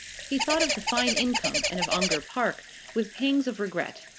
he thought of the fine income and of ongar park with pangs of regret,